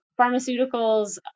pharmaceuticals